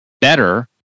better